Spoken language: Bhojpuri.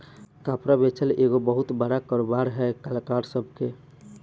कपड़ा बेचल एगो बहुते बड़का कारोबार है कलाकार सभ के